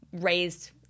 raised